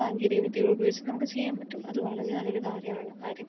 സംങ്കേതിക വിദ്യകൾ ഉപയോഗിച്ച് നമുക്ക് ചെയ്യാൻ പറ്റും അത് വളരെ നല്ലൊരു കാര്യമാണ് കാര്യം